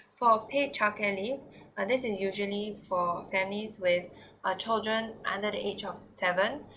for paid childcare leave uh this is usually for families with uh children under the age of seven